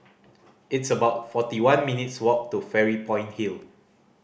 it's about forty one minutes' walk to Fairy Point Hill